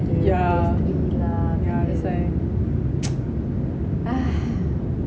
yeah yeah that's why uh